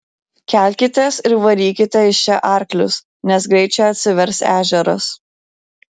kelkitės ir varykite iš čia arklius nes greit čia atsivers ežeras